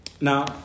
Now